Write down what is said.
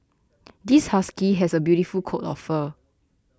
this husky has a beautiful coat of fur